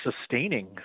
sustaining